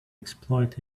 exploit